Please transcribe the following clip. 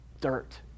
dirt